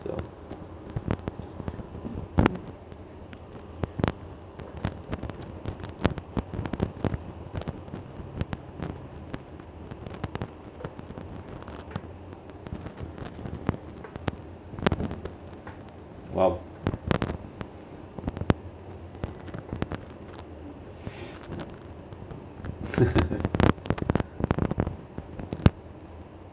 well